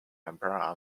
emperor